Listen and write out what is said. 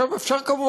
אני מציע לכם,